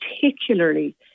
particularly